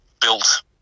built